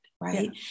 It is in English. Right